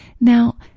Now